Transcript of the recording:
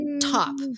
top